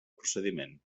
procediment